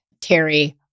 Terry